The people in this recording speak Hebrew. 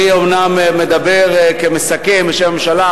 אני אומנם מדבר כמסכם בשם הממשלה,